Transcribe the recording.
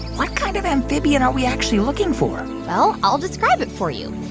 what kind of amphibian are we actually looking for? well, i'll describe it for you.